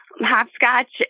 Hopscotch